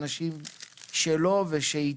למרות שההכנסה היא של הילדים והיא לא שלה.